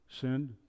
sinned